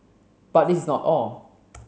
but this is not all